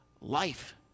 life